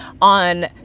on